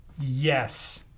Yes